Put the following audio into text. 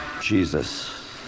Jesus